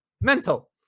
Mental